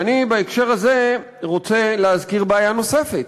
ואני, בהקשר הזה, רוצה להזכיר בעיה נוספת.